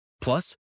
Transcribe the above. Plus